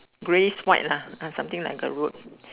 grayish white lah uh something like the road